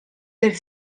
del